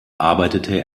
arbeitete